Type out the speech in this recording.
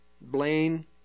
Blaine